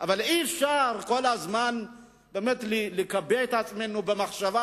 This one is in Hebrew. אבל אי-אפשר כל הזמן לקבע את עצמנו במחשבה